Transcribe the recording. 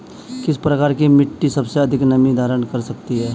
किस प्रकार की मिट्टी सबसे अधिक नमी धारण कर सकती है?